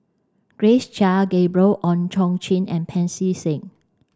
Grace Chia Gabriel Oon Chong Jin and Pancy Seng